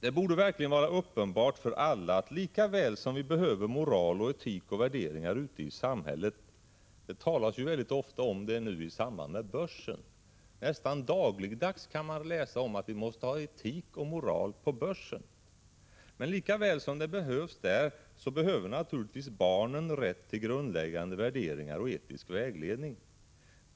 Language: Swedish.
Det borde verkligen vara uppenbart för alla att lika väl som vi behöver moral, etik och värderingar ute i samhället — det talas nu väldigt ofta om etik i samband med börsen; nästan dagligdags kan man läsa om att vi måste ha etik och moral på börsen — har naturligtvis barnen rätt till grundläggande värderingar och etisk vägledning.